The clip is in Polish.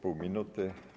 Pół minuty.